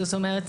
זאת אומרת,